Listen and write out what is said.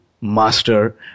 master